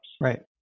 Right